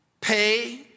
pay